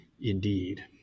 indeed